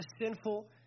sinful